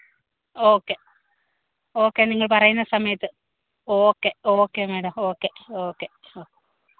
okay okay നിങ്ങൾ പറയുന്ന സമയത്ത് okay okay madam okay okay ഓ